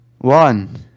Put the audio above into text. One